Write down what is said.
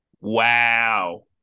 Wow